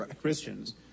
Christians